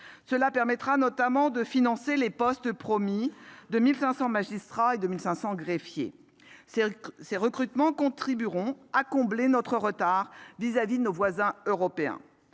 Cela permettra notamment de financer les postes promis : 1 500 magistrats et 1 500 greffiers. Ces recrutements contribueront à combler notre retard par rapport à nos voisins européens.